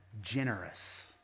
generous